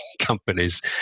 companies